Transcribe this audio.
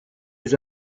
les